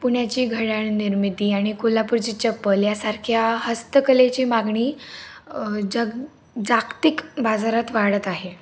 पुण्याची घड्याळनिर्मिती आणि कोल्हापूरची चप्पल यांसारख्या हस्तकलेची मागणी जग जागतिक बाजारात वाढत आहे